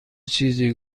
چیزی